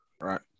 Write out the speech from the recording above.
right